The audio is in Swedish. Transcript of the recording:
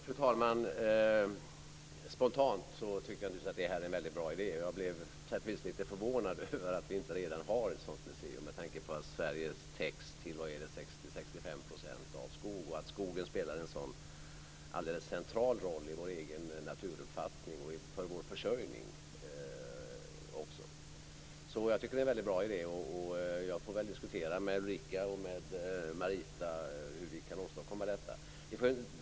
Fru talman! Spontant tycker jag naturligtvis att det här är en väldigt bra idé. Jag blev på sätt och vis lite förvånad över att vi inte redan har ett sådant museum med tanke på att Sverige till 60-65 % täcks av skog och skogen spelar en så alldeles central roll i vår egen naturuppfattning och också för vår försörjning. Jag tycker att det är en väldigt bra idé. Jag får väl diskutera med Ulrica och Marita hur vi kan åstadkomma detta.